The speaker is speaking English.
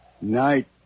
Night